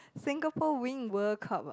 Singapore win World-Cup ah